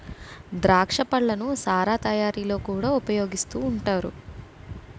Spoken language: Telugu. ద్రాక్ష పళ్ళను సారా తయారీలో కూడా ఉపయోగిస్తూ ఉంటారు